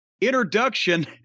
introduction